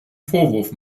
vorwurf